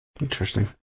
Interesting